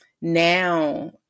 now